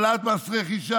העלאת מס רכישה,